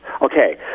Okay